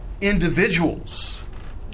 individuals